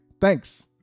Thanks